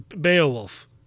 Beowulf